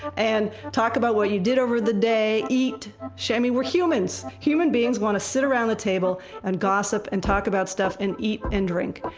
and talk about what you did over the day, eat. i mean we're humans! human beings want to sit around the table and gossip and talk about stuff and eat and drink.